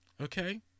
okay